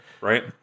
right